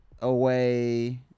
away